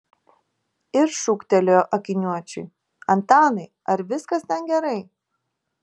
ir šūktelėjo akiniuočiui antanai ar viskas ten gerai